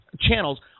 channels